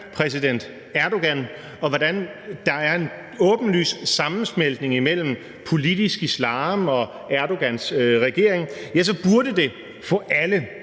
præsident Erdogan og hvordan der er en åbenlys sammensmeltning imellem politisk islam og Erdogans regering, så burde det få alle